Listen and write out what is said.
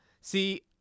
See